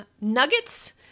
nuggets